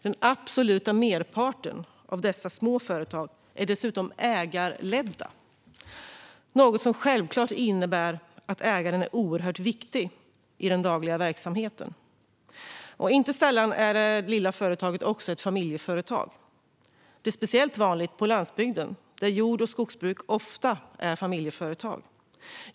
Den absoluta merparten av dessa små företag är dessutom ägarledda, något som självklart innebär att ägaren är oerhört viktig i den dagliga verksamheten. Inte sällan är det lilla företaget också ett familjeföretag. Det är speciellt vanligt på landsbygden, där jord och skogsbruk ofta är familjeföretag.